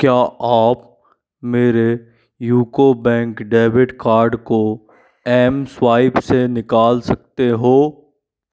क्या आप मेरे यूको बैंक डेबिट कार्ड को एमस्वाइप से निकाल सकते हो